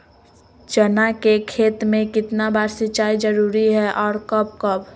चना के खेत में कितना बार सिंचाई जरुरी है और कब कब?